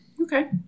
Okay